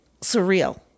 surreal